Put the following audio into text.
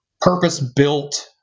purpose-built